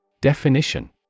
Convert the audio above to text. Definition